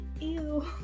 Ew